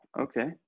okay